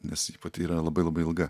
nes ji pati yra labai labai ilga